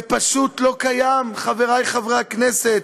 זה פשוט לא קיים, חברי חברי הכנסת.